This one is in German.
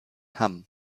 hamm